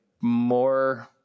more